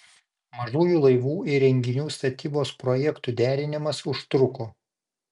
mažųjų laivų įrenginių statybos projektų derinimas užtruko